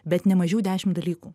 bet nemažiau dešim dalykų